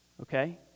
Okay